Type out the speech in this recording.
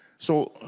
so